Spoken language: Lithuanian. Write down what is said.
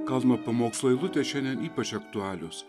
kalno pamokslo eilutės šiandien ypač aktualios